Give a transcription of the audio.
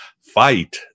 fight